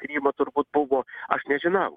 krymo turbūt buvo aš nežinau